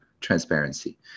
transparency